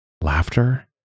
Laughter